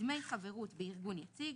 דמי חברות בארגון היציג,